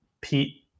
Pete